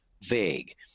vague